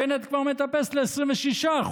בנט כבר מטפס ל-26%,